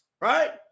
right